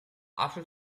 after